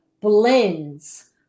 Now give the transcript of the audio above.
blends